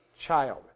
child